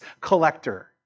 collector